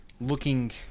looking